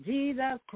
Jesus